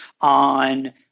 on